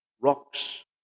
rocks